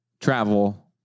travel